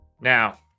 Now